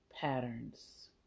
patterns